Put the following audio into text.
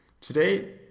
Today